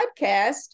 podcast